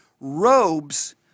Robes